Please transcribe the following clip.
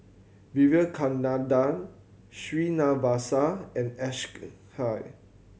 Vivekananda Srinivasa and Hay